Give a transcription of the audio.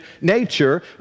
nature